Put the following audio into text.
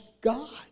God